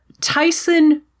Tyson